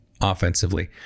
offensively